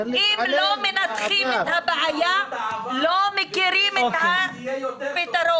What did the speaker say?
אם לא מנתחים את הבעיה לא מכירים את הפתרון.